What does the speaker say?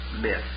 myths